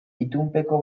itunpeko